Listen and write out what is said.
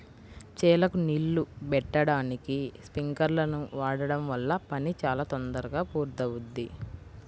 చేలకు నీళ్ళు బెట్టడానికి స్పింకర్లను వాడడం వల్ల పని చాలా తొందరగా పూర్తవుద్ది